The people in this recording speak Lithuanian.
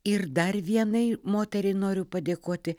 ir dar vienai moteriai noriu padėkoti